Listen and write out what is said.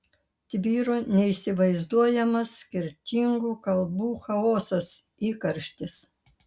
tvyro neįsivaizduojamas skirtingų kalbų chaosas įkarštis